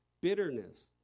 bitterness